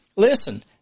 Listen